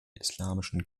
islamischen